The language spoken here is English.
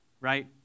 right